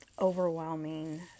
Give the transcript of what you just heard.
overwhelming